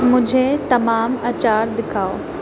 مجھے تمام اچار دکھاؤ